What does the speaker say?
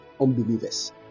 unbelievers